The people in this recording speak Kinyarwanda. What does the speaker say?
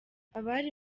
abari